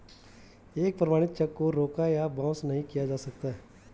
एक प्रमाणित चेक को रोका या बाउंस नहीं किया जा सकता है